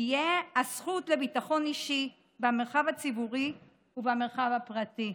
תהיה הזכות לביטחון אישי במרחב הציבורי ובמרחב הפרטי.